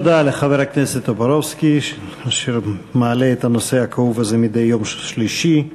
תודה לחבר הכנסת טופורובסקי אשר מעלה את הנושא הכאוב הזה מדי יום שלישי.